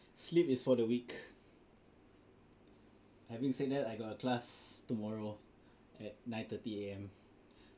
sleep is for the weak having said that I got a class tomorrow at nine thirty A_M